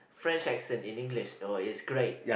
French accent in English oh is great